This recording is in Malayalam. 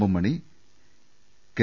M Mani K